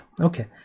Okay